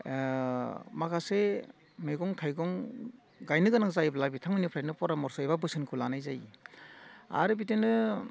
माखासे मैगं थाइगं गायनोगोनां जायोब्ला बिथांमोननिफ्रायनो परामस' एबा बोसोनखौ लानाय जायो आरो बिदिनो